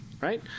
right